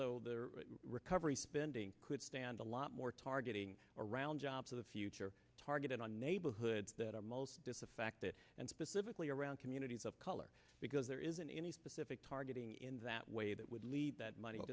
so their recovery spending could stand a lot more targeting around jobs of the future targeted on neighborhoods that are most disaffected and specifically around communities of color because there isn't any specific targeting in that way that would leave that money